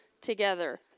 together